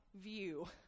view